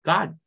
God